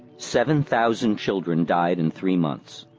seven thousand children died in three months.